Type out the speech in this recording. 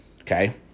okay